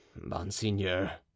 monseigneur